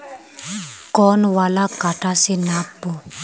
कौन वाला कटा से नाप बो?